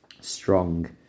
strong